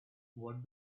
what